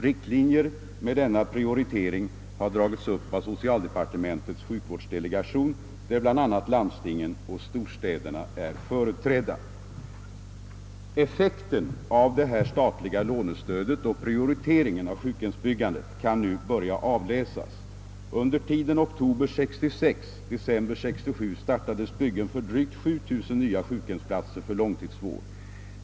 Riktlinjer med denna prioritering har dragits upp av socialdepartementets sjukvårdsdelegation, där bl.a. landstingen och storstäderna är företrädda. Effekten av det statliga lånestödet och prioriteringen av sjukhemsbyggandet kan nu börja avläsas. Under tiden oktober 1966—december 1967 startas byggen för drygt 7000 nya sjukhemsplatser för långtidsvård.